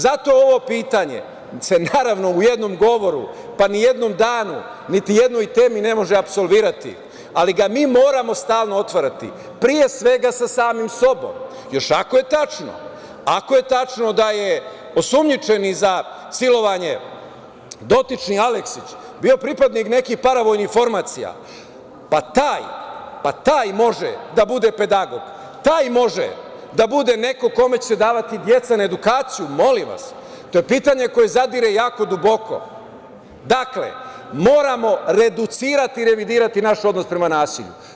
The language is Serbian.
Zato ovo pitanje se, naravno u jednom govoru, pa ni jednom danu, niti jednoj temi ne može apsolvirati, ali ga mi moramo stalno otvarati, pre svega sa samim sobom, još ako je tačno da je osumnjičeni za silovanje, dotični Aleksić, bio pripadnik neki paravojnih formacija, pa taj može da bude pedagog, taj može da bude neko kome će se davati deca na edukaciju, molim vas, to je pitanje koje zadire jako duboko, Dakle, moramo reducirati i revidirati naš odnos prema nasilju.